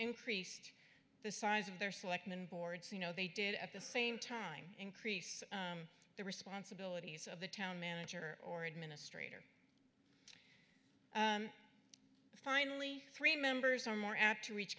increased the size of their selectman boards you know they did at the same time increase the responsibilities of the town manager or administrator finally three members are more apt to reach